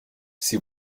sie